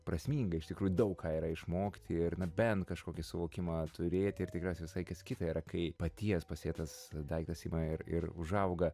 prasminga iš tikrųjų daug ką yra išmokti ir na bent kažkokį suvokimą turėti ir tikriausiai visai kas kita yra kai paties pasėtas daiktas ima ir ir užauga